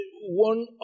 one